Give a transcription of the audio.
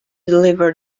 deliver